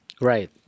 Right